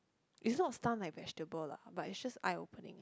is not star my vegetable lah but it's just eye opening